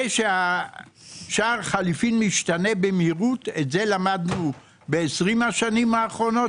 זה ששער החליפין משתנה במהירות זה למדנו בעשרים השנים האחרונות